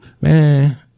man